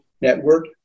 Network